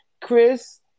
Chris